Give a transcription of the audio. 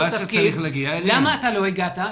למה אתה לא הגעת?